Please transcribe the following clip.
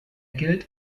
gilt